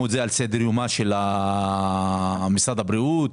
את זה על סדר-יום של משרד הבריאות,